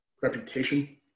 reputation